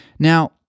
Now